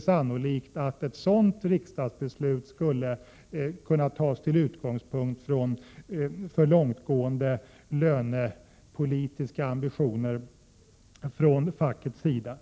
sannolikt skulle kunna tas till utgångspunkt för långtgående lönepolitiska ambitioner från fackets sida.